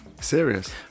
Serious